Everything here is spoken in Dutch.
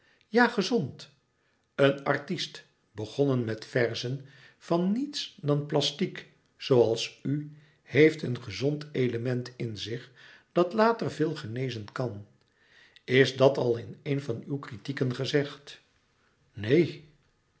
ja gezond een artist begonnen met verzen van niets dan plastiek zooals u heeft een gezond element in zich dat later veel genezen kan is dat al in een van uw kritieken gezegd neen